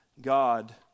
God